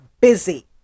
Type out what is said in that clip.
busy